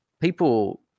people